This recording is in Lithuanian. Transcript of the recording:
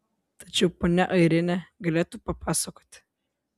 tačiau ponia airinė galėtų papasakoti